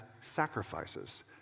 sacrifices